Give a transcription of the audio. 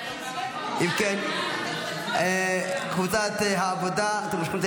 כן, קבוצת העבודה, אתם מושכים את